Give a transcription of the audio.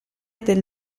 dei